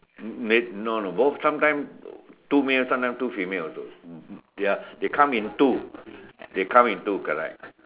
uh uh they no no both sometime two male sometime two female also they are they come in two they come in two correct